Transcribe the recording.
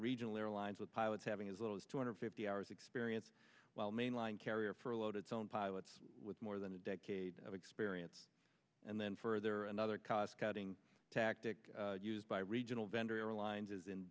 regional airlines with pilots having as little as two hundred fifty hours experience while mainline carrier for load its own pilots with more than a decade of experience and then further another cost cutting tactic used by regional vendor airlines is in